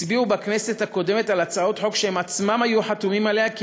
הצביעו בכנסת הקודמת על הצעות חוק שהם עצמם היו חתומים עליהן,